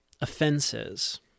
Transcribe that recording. offenses